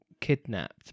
kidnapped